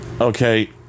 Okay